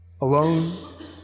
alone